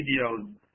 videos